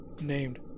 named